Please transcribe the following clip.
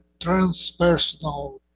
transpersonal